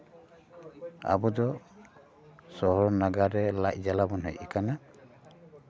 ᱟᱵᱚ ᱫᱚ ᱥᱚᱦᱚᱨ ᱱᱟᱜᱟᱨ ᱨᱮ ᱞᱟᱡᱽ ᱡᱟᱞᱟ ᱵᱚᱱ ᱦᱮᱡᱽ ᱟᱠᱟᱱᱟ